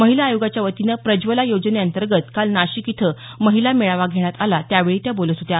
महिला आयोगाच्यावतीनं प्रज्वला योजने अंतर्गत काल नाशिक इथं महिला मेळावा घेण्यात आला त्यावेळी त्या बोलत होत्या